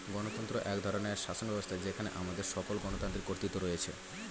গণতন্ত্র এক ধরনের শাসনব্যবস্থা যেখানে আমাদের সকল গণতান্ত্রিক কর্তৃত্ব রয়েছে